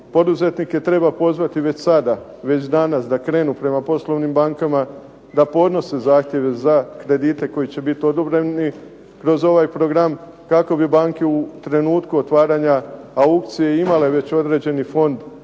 Poduzetnike treba pozvati već sada, već danas da krenu prema poslovnim bankama, da podnose zahtjeve za kredite koji će biti odobreni kroz ovaj program kako bi banke u trenutku otvaranja aukcije imale već određeni fond zahtjeva